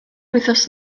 wythnos